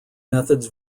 methods